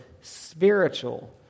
spiritual